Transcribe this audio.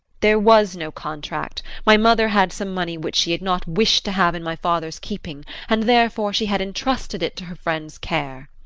there was no contract. my mother had some money which she had not wished to have in my father's keeping and therefore, she had entrusted it to her friend's care.